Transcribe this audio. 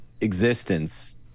existence